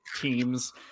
teams